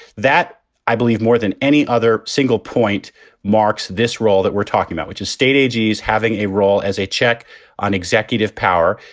that i believe more than any other single point marks this role that we're talking about, which is state. agee's having a role as a check on executive power.